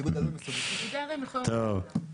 טוב.